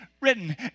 Written